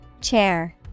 Chair